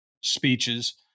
speeches